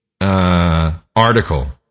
article